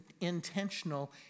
intentional